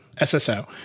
SSO